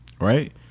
right